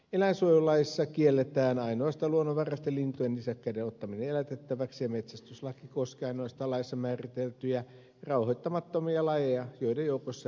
eläinsuojelulaissa kielletään ainoastaan luonnonvaraisten lintujen ja nisäkkäiden ottaminen elätettäväksi ja metsästyslaki koskee ainoastaan laissa määriteltyjä rauhoittamattomia lajeja joiden joukossa ei kyytä ole